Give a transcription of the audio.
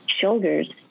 shoulders